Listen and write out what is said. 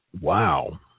wow